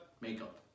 makeup